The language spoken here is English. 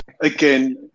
Again